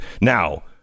Now